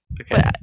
Okay